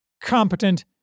competent